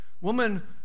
woman